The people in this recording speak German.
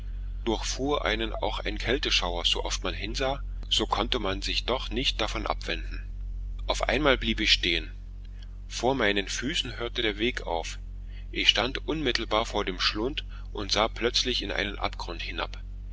durchfuhr einen auch ein kälteschauer so oft man dahin sah so konnte man sich doch nicht davon abwenden auf einmal blieb ich stehen vor meinen füßen hörte der weg auf ich stand unmittelbar vor dem schlund und sah plötzlich in einen abgrund hinab